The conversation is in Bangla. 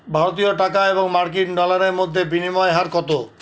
ভারতীয় টাকা এবং মার্কিন ডলারের মধ্যে বিনিময় হার কত